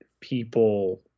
people